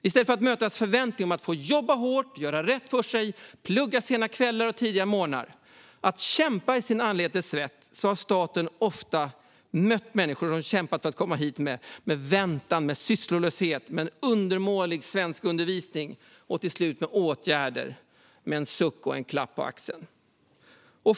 I stället för att möta människor med förväntningar om att jobba hårt, göra rätt för sig, plugga sena kvällar och tidiga morgnar och kämpa i sitt anletes svett har staten ofta mött dem som kämpat för att komma hit med väntan, sysslolöshet, undermålig svenskundervisning och till slut åtgärder, med en suck och en klapp på axeln.